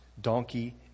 donkey